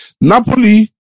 Napoli